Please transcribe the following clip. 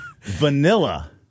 Vanilla